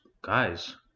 guys